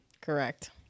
Correct